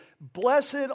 Blessed